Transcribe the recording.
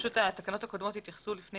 התקנות הקודמות התייחסו לפני